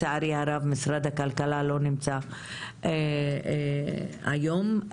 ולצערי הרב משרד הכלכלה לא נמצא פה היום בדיון,